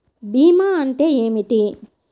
భీమా అంటే ఏమిటి?